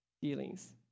feelings